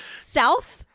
South